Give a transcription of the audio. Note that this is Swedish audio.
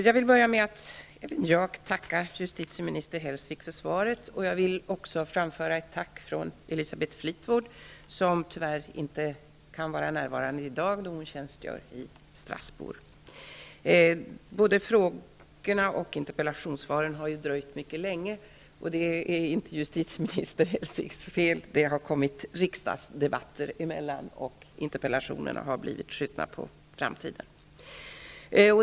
Fru talman! Även jag tackar justitieminister Hellsvik för svaret. Jag vill också framföra ett tack från Elisabeth Fleetwood, som tyvärr inte kan vara närvarande i dag då hon tjänstgör i Strasbourg. Svaret på frågorna och interpellationerna har dröjt länge. Men det är inte justitieminister Hellsviks fel. Riksdagsdebatter har kommit emellan, och interpellationssvaren har skjutits på framtiden.